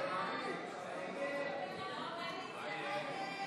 הסתייגות 18